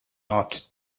not